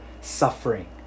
suffering